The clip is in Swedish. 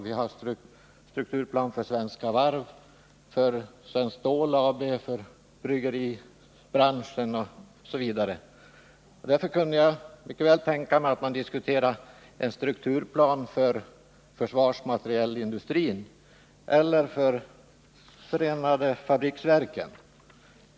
Vi har strukturplaner för Svenska Varv, för Svenskt Stål AB, för bryggeribranschen osv. Därför kunde jag mycket väl tänka mig att man diskuterade en strukturplan för försvarsmaterielindustrin eller för förenade fabriksverken.